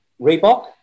Reebok